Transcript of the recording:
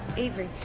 avery.